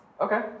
Okay